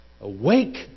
Awake